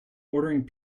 ordering